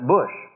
Bush